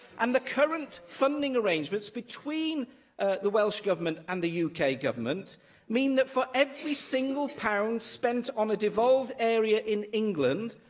and the current funding arrangements between the welsh government and the yeah uk government mean that for every single pound spent on a devolved area in england,